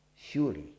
Surely